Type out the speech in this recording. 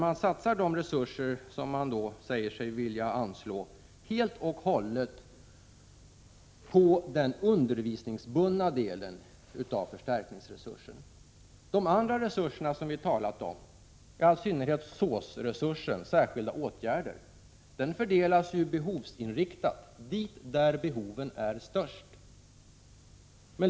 Man satsar de resurser som man säger sig vilja anslå helt och hållet på den undervisningsbundna delen av förstärkningsresursen. De andra resurser som vi talat om, i all synnerhet SÅS-resursen, fördelas behovsinriktat dit där behoven är störst.